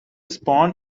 spawn